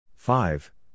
Five